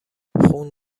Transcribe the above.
خون